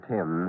Tim